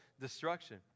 destruction